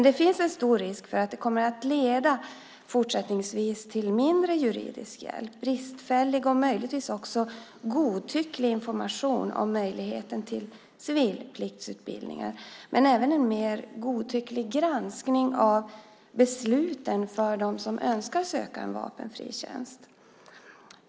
Det finns emellertid stor risk för att det fortsättningsvis kommer att leda till mindre juridisk hjälp, bristfällig och möjligtvis också godtycklig information om möjligheten till civilpliktsutbildningar och även en mer godtycklig granskning av besluten för dem som önskar söka vapenfri tjänst.